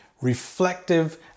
Reflective